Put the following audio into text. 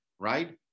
Right